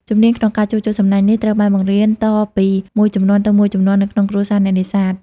ជំនាញក្នុងការជួសជុលសំណាញ់នេះត្រូវបានបង្រៀនតពីមួយជំនាន់ទៅមួយជំនាន់នៅក្នុងគ្រួសារអ្នកនេសាទ។